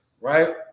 right